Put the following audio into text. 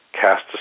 cast